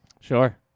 Sure